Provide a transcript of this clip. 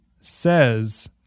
says